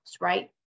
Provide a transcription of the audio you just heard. right